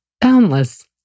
boundless